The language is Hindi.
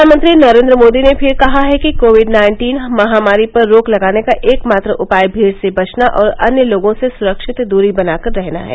प्रधानमंत्री नरेन्द्र मोदी ने फिर कहा है कि कोविड नाइन्टीन महामारी पर रोक लगाने का एकमात्र उपाय भीड़ से बचना और अन्य लोगों से सुरक्षित दूरी बनाकर रहना है